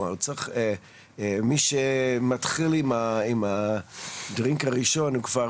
כלומר מי שמתחיל עם הדרינק הראשון הוא כבר